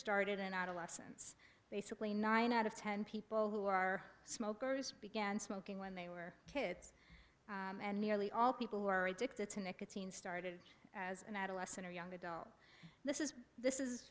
started in adolescence basically nine out of ten people who are smokers began smoking when they were kids and nearly all people who are addicted to nicotine started as an adolescent or young adult this is this is